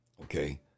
Okay